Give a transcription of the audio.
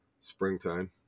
springtime